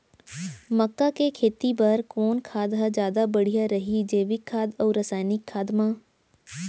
मक्का के खेती बर कोन खाद ह जादा बढ़िया रही, जैविक खाद अऊ रसायनिक खाद मा?